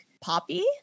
poppy